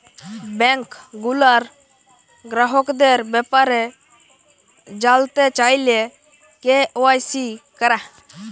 bank গুলার গ্রাহকদের ব্যাপারে জালতে চাইলে কে.ওয়াই.সি ক্যরা